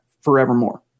forevermore